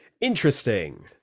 Interesting